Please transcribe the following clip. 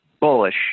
bullish